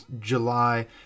July